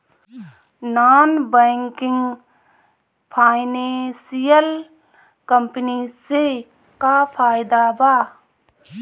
Non banking financial company से का फायदा बा?